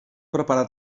preparar